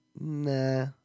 Nah